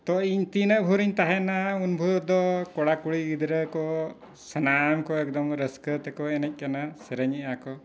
ᱛᱚ ᱤᱧ ᱛᱤᱱᱟᱹᱜ ᱵᱷᱳᱨ ᱤᱧ ᱛᱟᱦᱮᱱᱟ ᱩᱱ ᱵᱷᱳᱨ ᱫᱚ ᱠᱚᱲᱟ ᱠᱩᱲᱤ ᱜᱤᱫᱽᱨᱟᱹ ᱠᱚ ᱥᱟᱱᱟᱢ ᱠᱚ ᱮᱠᱫᱚᱢ ᱨᱟᱹᱥᱠᱟᱹ ᱛᱮᱠᱚ ᱮᱱᱮᱡ ᱠᱟᱱᱟ ᱥᱮᱨᱮᱧᱮᱜᱼᱟ ᱠᱚ